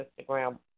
Instagram